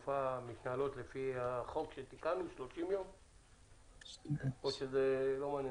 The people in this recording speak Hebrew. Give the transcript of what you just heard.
חודשים תוסיף עוד סיבה לנוסעים למה לא לקנות